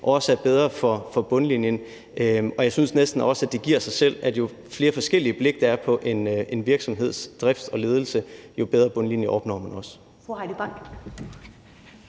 også er bedre for bundlinjen, og jeg synes næsten også, at det giver sig selv, at jo flere forskellige blikke der er på en virksomheds drift og ledelse, jo bedre bundlinje opnår man også.